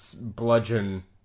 bludgeon